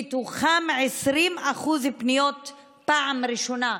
שמתוכן 20% פניות הן בפעם הראשונה,